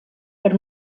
per